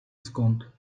skąd